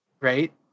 right